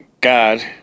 God